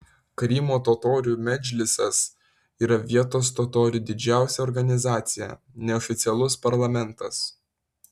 krymo totorių medžlisas yra vietos totorių didžiausia organizacija neoficialus parlamentas